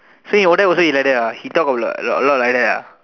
so in what then he also like that ah he talk a lot like like that ah